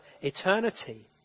eternity